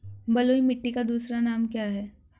बलुई मिट्टी का दूसरा नाम क्या है?